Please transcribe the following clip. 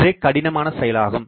சற்றே கடினமான செயலாகும்